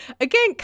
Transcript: again